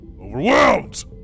overwhelmed